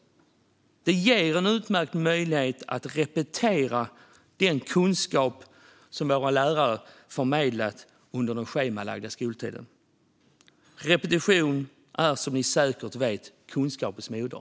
Det ger en utmärkt möjlighet att repetera den kunskap som våra lärare har förmedlat under den schemalagda skoltiden. Repetition är, som ni säkert vet, kunskapens moder.